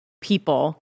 people